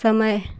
समय